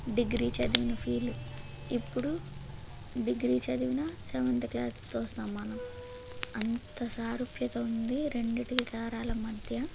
degree చదివిన feel ఇప్పుడు degree చదివినా సెవెంత్ క్లాస్తో సమానం అంత సారూప్యత ఉంది రెండింటి తరాల మధ్య